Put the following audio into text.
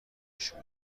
نشون